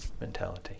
mentality